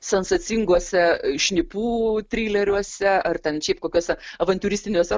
sensacinguose šnipų treileriuose ar ten šiaip kokiuose avantiūristiniuose